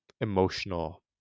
emotional